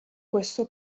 questo